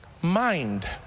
Mind